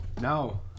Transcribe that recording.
No